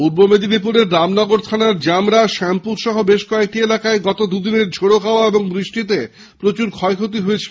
পূর্ব মেদিনীপুরের রামনগর থানার জামরা শ্যামপুরসহ বেশ কয়েকটি এলাকায় দুদিনের ঝোড়ো হাওয়া ও বৃষ্টিতে প্রচুর ক্ষয়ক্ষতি হয়েছে